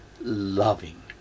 loving